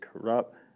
corrupt